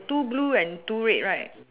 two blue and two red right